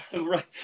Right